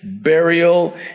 burial